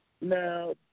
Now